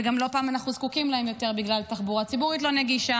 וגם לא פעם אנחנו זקוקים להם יותר בגלל תחבורה ציבורית לא נגישה,